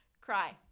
cry